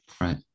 right